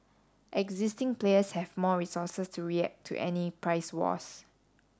existing players have more resources to react to any price wars